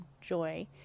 joy